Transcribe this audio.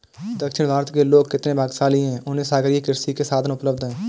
दक्षिण भारत के लोग कितने भाग्यशाली हैं, उन्हें सागरीय कृषि के साधन उपलब्ध हैं